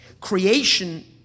Creation